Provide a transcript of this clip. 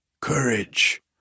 courage